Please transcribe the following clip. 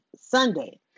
Sunday